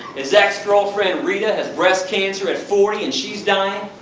his ex-girlfriend rita has breast cancer at forty and she's dying.